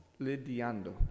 Lidiando